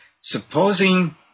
supposing